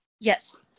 Yes